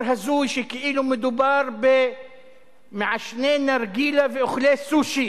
הזוי שכאילו מדובר במעשני נרגילה ואוכלי סושי.